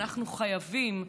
אנחנו חייבים,